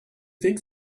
think